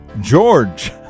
George